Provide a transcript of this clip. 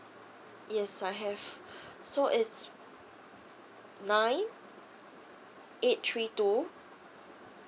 yes I have so it's nine eight three two